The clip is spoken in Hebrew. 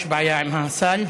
יש בעיה עם הסל.